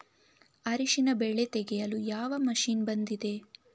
ಅರಿಶಿನ ಬೆಳೆ ತೆಗೆಯಲು ಯಾವ ಮಷೀನ್ ಬಂದಿದೆ?